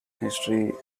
history